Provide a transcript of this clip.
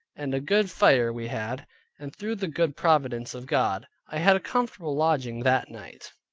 and a good fire we had and through the good providence of god, i had a comfortable lodging that night.